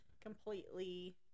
completely